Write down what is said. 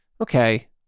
okay